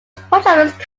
first